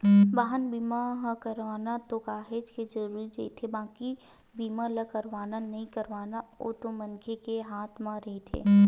बाहन बीमा ह करवाना तो काहेच के जरुरी रहिथे बाकी बीमा ल करवाना नइ करवाना ओ तो मनखे के हात म रहिथे